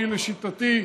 אני לשיטתי.